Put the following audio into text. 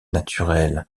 naturel